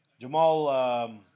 Jamal –